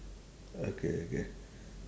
okay okay